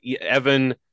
Evan